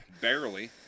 Barely